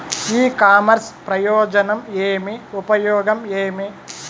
ఇ commerce ప్రయోజనం ఏమి? ఉపయోగం ఏమి?